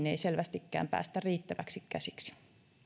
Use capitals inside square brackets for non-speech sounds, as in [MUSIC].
[UNINTELLIGIBLE] ei selvästikään päästä riittävästi käsiksi